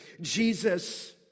Jesus